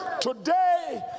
today